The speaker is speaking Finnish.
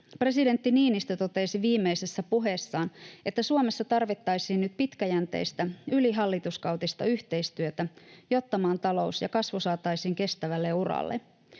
Presidentti Niinistö totesi viimeisessä puheessaan, että Suomessa tarvittaisiin nyt pitkäjänteistä, ylihallituskautista yhteistyötä, jotta maan talous ja kasvu saataisiin kestävälle uralle.